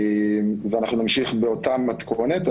נמשיך באותה מתכונת.